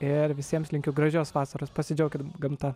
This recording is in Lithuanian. ir visiems linkiu gražios vasaros pasidžiaukit gamta